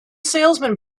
salesman